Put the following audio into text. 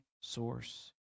source